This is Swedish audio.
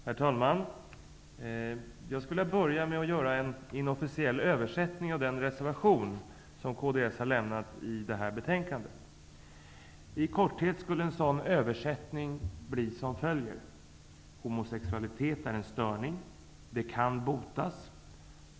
Herr talman! Jag skulle vilja börja med en inofficiell översättning av den reservation som Kds har i det här betänkandet. I korthet skulle översättningen bli enligt följande: Homosexualitet är en störning. Det här kan botas.